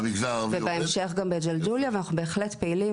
ובהמשך גם בג'לג'וליה ואנחנו בהחלט פעילים